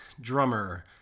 drummer